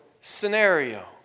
scenario